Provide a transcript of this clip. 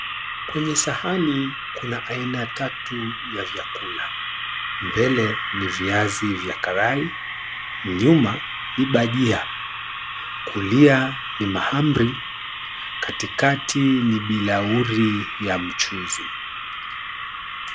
Kwenye sahani kuna aina tatu ya vyakula. Mbele ni viazi vya karai, nyuma ni bajia kulia ni mahamri katikati ni bilauri ya mchuzi.